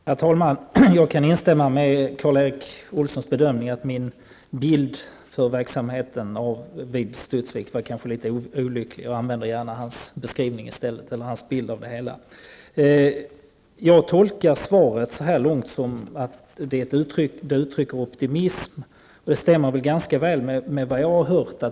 Herr talman! Jag kan instämma med Karl Erik Olssons bedömning att min bild av verksamheten vid Studsvik kanske var litet olycklig. Jag använder gärna hans bild i stället. Jag tolkar svaret så här långt att det uttrycker optimism. Det stämmer ganska väl med vad jag hört.